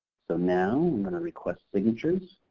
so now i'm going to request signatures.